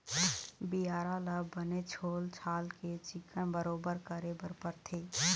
बियारा ल बने छोल छाल के चिक्कन बराबर करे बर परथे